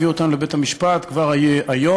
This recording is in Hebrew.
הביאו אותם לבית-המשפט כבר היום.